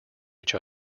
each